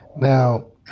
Now